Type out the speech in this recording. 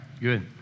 good